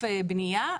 היום.